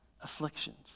afflictions